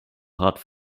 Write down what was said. rat